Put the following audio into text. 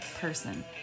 person